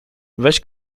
weź